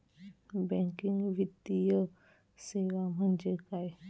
Banking वित्तीय सेवा म्हणजे काय?